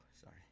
sorry